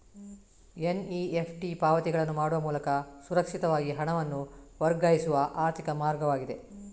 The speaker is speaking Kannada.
ಎನ್.ಇ.ಎಫ್.ಟಿ ಪಾವತಿಗಳನ್ನು ಮಾಡುವ ಮೂಲಕ ಸುರಕ್ಷಿತವಾಗಿ ಹಣವನ್ನು ವರ್ಗಾಯಿಸುವ ಆರ್ಥಿಕ ಮಾರ್ಗವಾಗಿದೆ